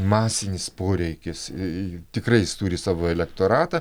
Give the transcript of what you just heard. masinis poreikis tikrais jis turi savo elektoratą